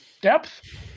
Depth